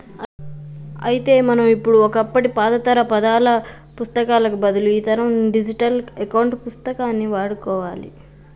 అయితే మనం ఇప్పుడు ఒకప్పటి పాతతరం పద్దాల పుత్తకాలకు బదులు ఈతరం డిజిటల్ అకౌంట్ పుస్తకాన్ని వాడుకోవాలి